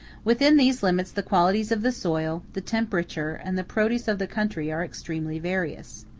within these limits the qualities of the soil, the temperature, and the produce of the country, are extremely various.